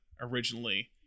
originally